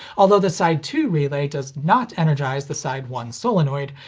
although the side two relay does not energize the side one solenoid,